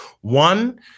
One